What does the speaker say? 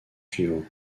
suivants